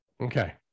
Okay